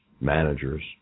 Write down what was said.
managers